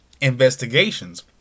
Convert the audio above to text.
investigations